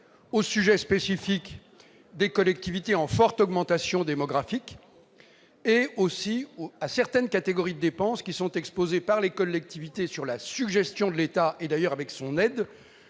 au sujet spécifique des collectivités connaissant une forte croissance démographique, mais aussi à certaines catégories de dépenses qui sont exposées par les collectivités, sur la suggestion de l'État et, d'ailleurs, avec son aide.